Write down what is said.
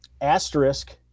Asterisk